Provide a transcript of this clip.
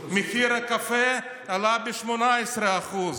מחיר הקפה עלה ב-18%.